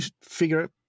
figure